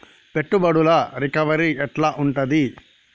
పెట్టుబడుల రికవరీ ఎట్ల ఉంటది?